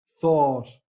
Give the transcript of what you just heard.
thought